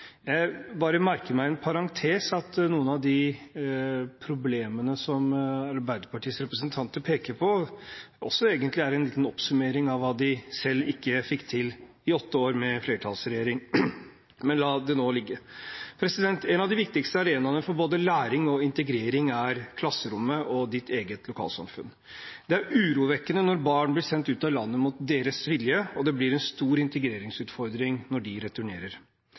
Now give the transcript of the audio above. er en oppsummering av hva de selv ikke fikk til i åtte år i en flertallsregjering. Men la nå det ligge. En av de viktigste arenaene for både læring og integrering er klasserommet og eget lokalsamfunn. Det er urovekkende når barn blir sendt ut av landet mot sin vilje, og det blir en stor integreringsutfordring når de returnerer.